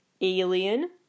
Alien